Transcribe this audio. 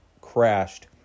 crashed